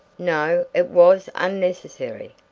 no it was unnecessary.